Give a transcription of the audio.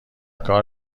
کار